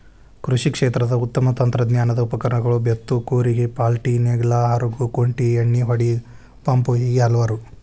ಕೃಷಿ ಕ್ಷೇತ್ರದ ಉತ್ತಮ ತಂತ್ರಜ್ಞಾನದ ಉಪಕರಣಗಳು ಬೇತ್ತು ಕೂರಿಗೆ ಪಾಲ್ಟಿನೇಗ್ಲಾ ಹರಗು ಕುಂಟಿ ಎಣ್ಣಿಹೊಡಿ ಪಂಪು ಹೇಗೆ ಹಲವಾರು